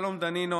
שלום דנינו,